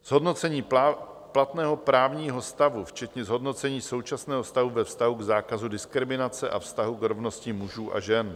Zhodnocení platného právního stavu, včetně zhodnocení současného stavu ve vztahu k zákazu diskriminace a vztahu k rovnosti mužů žen.